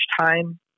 time